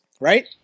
right